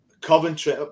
Coventry